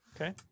Okay